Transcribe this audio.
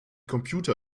computer